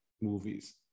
movies